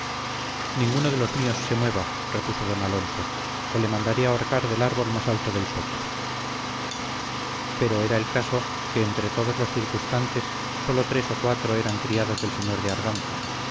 ninguno de los míos se mueva repuso don alonso o le mandaré ahorcar del árbol más alto del soto pero era el caso que entre todos los circunstantes solo tres o cuatro eran criados del señor de arganza